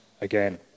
again